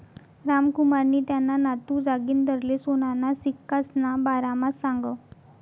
रामकुमारनी त्याना नातू जागिंदरले सोनाना सिक्कासना बारामा सांगं